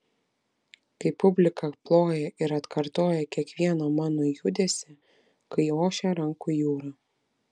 kai publika ploja ir atkartoja kiekvieną mano judesį kai ošia rankų jūra